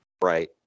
right